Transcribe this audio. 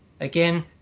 Again